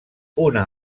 una